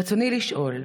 ברצוני לשאול: